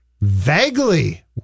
Vaguely